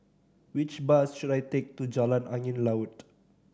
which bus should I take to Jalan Angin Laut